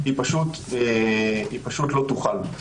היא פשוט לא תוכל.